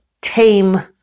tame